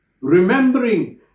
Remembering